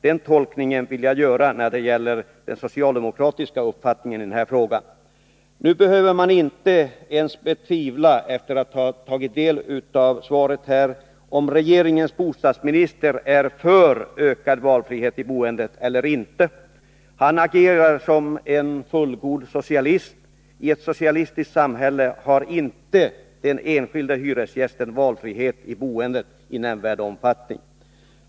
Den tolkningen vill jag göra när det gäller den socialdemokratiska uppfattningen i denna fråga. Nu behöver man, efter att ha tagit del av bostadsministerns svar på min fråga, inte tvivla på huruvida regeringens bostadsminister är för ökad valfrihet i boendet eller inte. Han agerar som en fullgod socialist. I ett socialistiskt samhälle har den enskilde hyresgästen ingen valfrihet i boendet i nämnvärd omfattning.